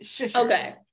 okay